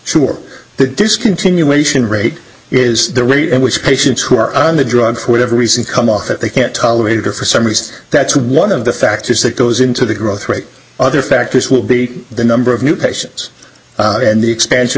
sure the discontinuation rate is the rate in which patients who are on the drug whatever reason come off that they can't tolerate or for some reason that's one of the for actis that goes into the growth rate other factors will be the number of new patients and the expansion